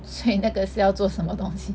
所以那个要做什么东西